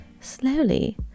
Slowly